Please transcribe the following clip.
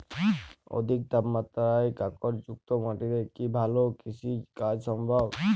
অধিকমাত্রায় কাঁকরযুক্ত মাটিতে কি ভালো কৃষিকাজ সম্ভব?